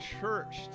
church